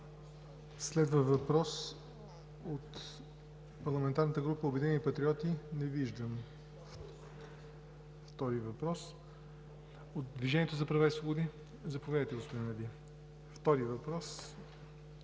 Следва въпрос от парламентарната група „Обединени патриоти“. Не виждам втори въпрос. От „Движението за права и свободи“? Заповядайте, господин Али, за втори въпрос